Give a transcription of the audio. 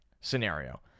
scenario